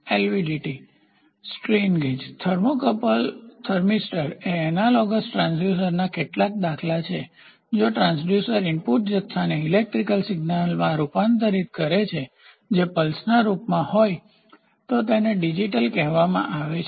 LVDT strain gauge thermocouple thermistor એ analogous ટ્રાંસડ્યુસર્સના કેટલાક દાખલા છે જો ટ્રાંસડ્યુસર ઇનપુટ જથ્થાને ઇલેક્ટ્રિકલ સિગ્નલમાં રૂપાંતરિત કરે છે જે પલ્સના રૂપમાં હોય તો તેને ડિજિટલ કહેવામાં આવે છે